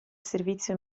servizio